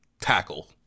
tackle